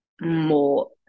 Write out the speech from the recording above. more